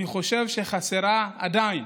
אני חושב שחסרה עדיין